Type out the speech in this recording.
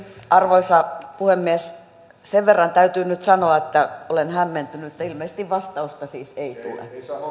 arvoisa puhemies sen verran täytyy nyt sanoa että olen hämmentynyt ilmeisesti vastausta siis ei tule